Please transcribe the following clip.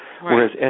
whereas